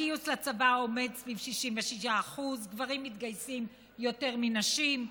הגיוס לצבא עומד סביב 66%; גברים מתגייסים יותר מנשים,